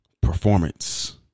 performance